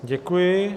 Děkuji.